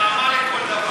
מלחמה לכל דבר.